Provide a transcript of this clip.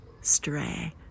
stray